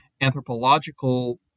anthropological